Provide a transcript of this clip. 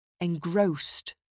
Engrossed